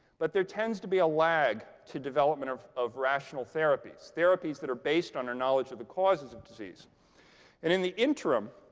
but there tends to be a lag to development of of rational therapies, therapies that are based on our knowledge of the causes of disease. and in the interim,